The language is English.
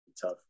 tough